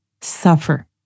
suffer